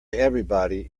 everybody